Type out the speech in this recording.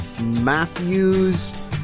Matthews